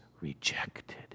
rejected